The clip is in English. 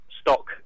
Stock